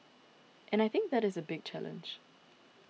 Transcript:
and I think that is a big challenge